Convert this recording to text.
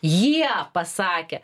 jie pasakė